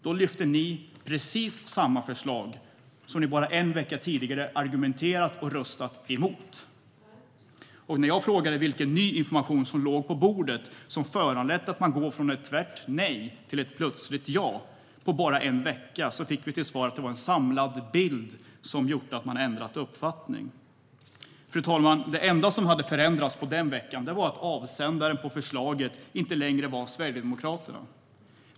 Då lyfte ni fram precis samma förslag som ni bara en vecka tidigare hade argumenterat och röstat emot. När jag frågade vilken ny information som låg på bordet som föranledde att man kunde gå från ett tvärt nej till ett plötsligt ja på bara en vecka fick vi till svar att det var en samlad bild som hade gjort att man ändrat uppfattning. Det enda som hade förändrats på den veckan var att förslagets avsändare inte längre var Sverigedemokraterna.